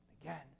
again